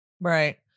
Right